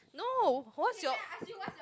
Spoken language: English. no what's your